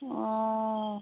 অঁ